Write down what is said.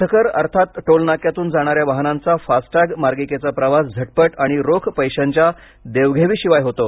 पथकर अर्थात टोलनाक्यातून जाणाऱ्या वाहनांचा फास्टटॅग मार्गिकेचा प्रवास झटपट आणि रोख पैशांच्या देवघेवीशिवाय होतो